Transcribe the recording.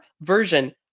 version